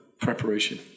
preparation